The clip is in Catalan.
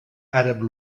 àrab